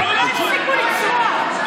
הם לא הפסיקו לצרוח.